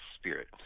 spirit